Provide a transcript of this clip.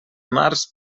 març